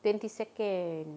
twenty second